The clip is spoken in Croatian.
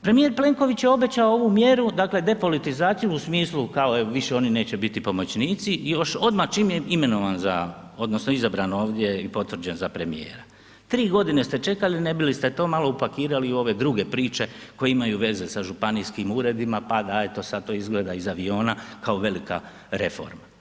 Premijer Plenković je obećao ovu mjeru, dakle depolitizaciju u smislu kao evo više oni neće biti pomoćnici i još odmah čim je imenovan za odnosno izabran ovdje i potvrđen za premijera, 3.g. ste čekali ne bili ste to malo upakirali u ove druge priče koje imaju veze sa županijskim uredima, pa da eto to sad to izgleda iz aviona kao velika reforma.